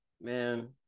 Man